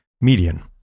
Median